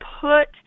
put